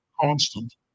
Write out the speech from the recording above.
constant